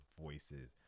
voices